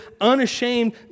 unashamed